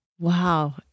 Wow